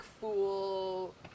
fool